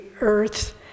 Earth